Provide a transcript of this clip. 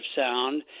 sound